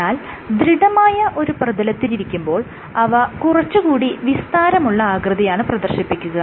എന്നാൽ ദൃഢമായ ഒരു പ്രതലത്തിലിരിക്കുമ്പോൾ ഇവ കുറച്ച് കൂടി വിസ്താരമുള്ള ആകൃതിയാണ് പ്രദർശിപ്പിക്കുക